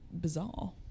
bizarre